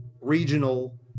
regional